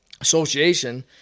association